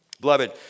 Beloved